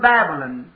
Babylon